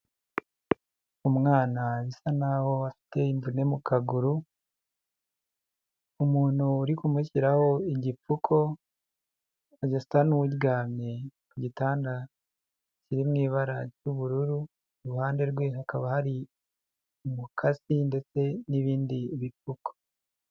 Umwana bisa naho afite imvune mu kaguru, umuntu uri kumushyiraho igipfuko, arasa n'uryamye ku gitanda kiri mu ibara ry'ubururu, iruhande rwe hakaba hari umukasi ndetse n'ibindi bipfuko.